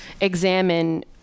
examine